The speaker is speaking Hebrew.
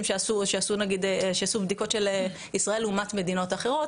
שעשו בדיקות של ישראל לעומת מדינות אחרות.